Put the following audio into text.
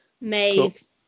Maze